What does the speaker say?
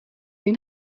این